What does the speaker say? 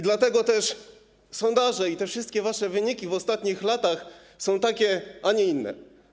Dlatego też sondaże i wszystkie wasze wyniki w ostatnich latach są takie, a nie inne.